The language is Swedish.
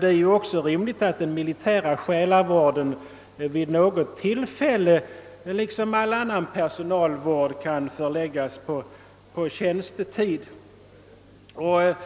Det är också rimligt att den militära själavården vid något tillfälle, liksom all annan personalvård, kan få förläggas till tjänstetid.